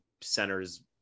centers